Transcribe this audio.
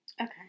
Okay